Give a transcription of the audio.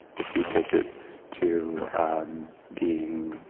if we take it to being